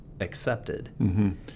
accepted